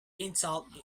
insult